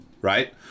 Right